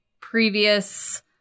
previous